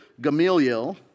Gamaliel